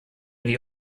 die